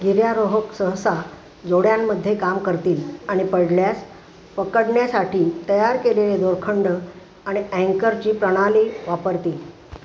गिर्यारोहक सहसा जोड्यांमध्ये काम करतील आणि पडल्यास पकडण्यासाठी तयार केलेले दोरखंड आणि ॲंकरची प्रणाली वापरतील